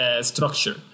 structure